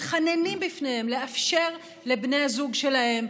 מתחננים בפניהם לאפשר לבני הזוג שלהם,